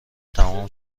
تمام